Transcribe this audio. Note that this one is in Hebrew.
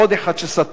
עוד אחד שסטה.